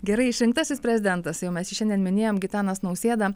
gerai išrinktasis prezidentas jau mes jį šiandien minėjom gitanas nausėda